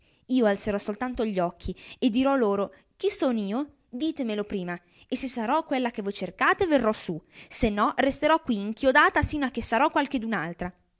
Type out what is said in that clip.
io alzerò soltanto gli occhi e dirò loro chi son io ditemelo prima e se sarò quella che voi cercate verrò su se no resterò quì inchiodata sino a che sarò qualchedunaltra ma